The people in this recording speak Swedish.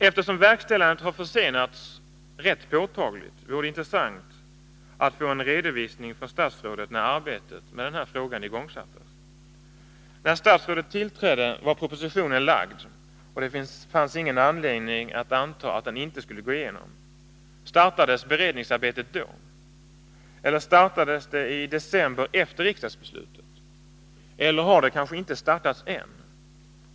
Eftersom verkställandet har försenats rätt påtagligt, vore det intressant att få en redovisning från statsrådet av när arbetet med denna fråga igångsattes. När statsrådet tillträdde var propositionen framlagd, och det fanns ingen anledning att anta att den inte skulle bifallas. Startades beredningsarbetet då? Eller startades det i december efter riksdagsbeslutet? Eller har det kanske inte startats än?